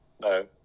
No